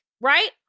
right